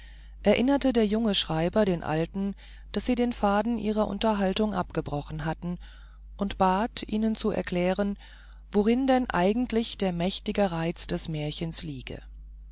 erinnerte der junge schreiber den alten daß sie den faden ihrer unterhaltung abgebrochen hatten und bat ihnen nun zu erklären worin denn eigentlich der mächtige reiz des märchens liege